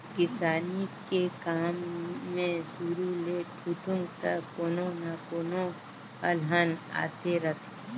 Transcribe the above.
किसानी के काम मे सुरू ले ठुठुंग तक कोनो न कोनो अलहन आते रथें